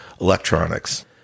electronics